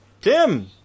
Tim